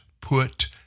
put